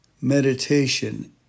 meditation